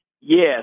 yes